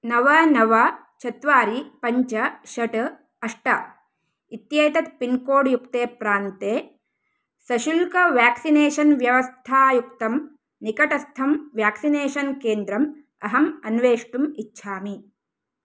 नव नव चत्वारि पञ्च षट् अष्ट इत्येतत् पिन्कोड् युक्ते प्रान्ते सशुल्क वाक्सिनेशन् व्यवस्थायुक्तं निकटस्थं व्याक्सिनेषन् केन्द्रम् अहम् अन्वेष्टुम् इच्छामि